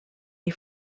les